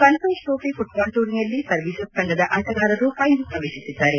Santosh trophy football ಟೂರ್ನಿಯಲ್ಲಿ services ತಂಡದ ಆಣಗಾರರು ಫೈನಲ್ ಪ್ರವೇಶಿಸಿದ್ದಾರೆ